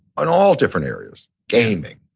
on all different areas. gaming.